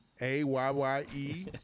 A-Y-Y-E